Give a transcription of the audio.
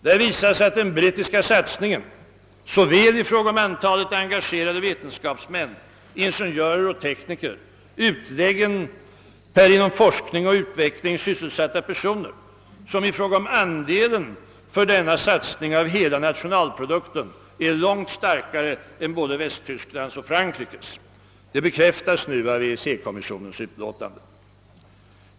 Där visas att den brittiska satsningen såväl i fråga om antalet engagerade vetenskapsmän, ingenjörer och tekniker samt utläggen för inom forskning och utveckling sysselsatta personer som i fråga om andelen av hela nationalprodukten för denna satsning är långt starkare än både Västtysklands och Frankrikes satsning. Det bekräftas nu av EEC-kommissionens utlåtande.